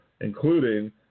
including